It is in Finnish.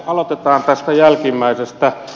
aloitetaan tästä jälkimmäisestä